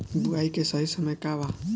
बुआई के सही समय का वा?